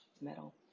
metal